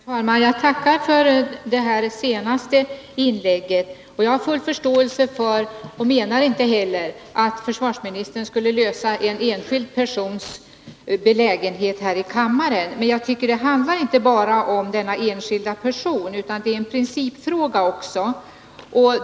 Herr talman! Jag tackar för det senaste inlägget. Jag menar givetvis inte att försvarsministern här i kammaren skall lösa problemet för en enskild person. Men det handlar inte bara om denne, utan det är en principfråga.